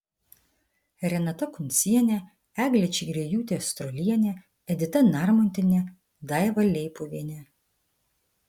renata kuncienė eglė čigriejūtė strolienė edita narmontienė daiva leipuvienė